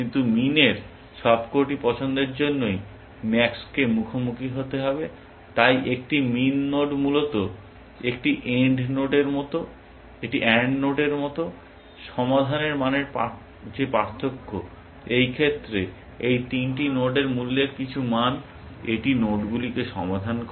কিন্তু মিন এর সবকটি পছন্দের জন্যই ম্যাক্সকে মুখোমুখি হতে হবে তাই একটি মিন নোড মূলত একটি এন্ড নোডের মতো সমাধানের মানের যে পার্থক্য এই ক্ষেত্রে এই তিনটি নোডের মূল্যের কিছু মান এটি নোডগুলিকে সমাধান করে